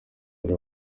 bari